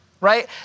right